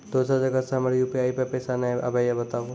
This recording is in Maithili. दोसर जगह से हमर यु.पी.आई पे पैसा नैय आबे या बताबू?